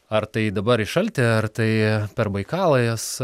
ar tai dabar į šaltį ar tai per baikalą jos